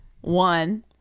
One